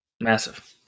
Massive